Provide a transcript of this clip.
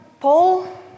Paul